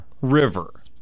river